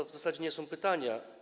To w zasadzie nie są pytania.